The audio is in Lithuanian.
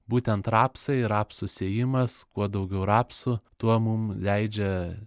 būtent rapsai rapsų sėjimas kuo daugiau rapsų tuo mum leidžia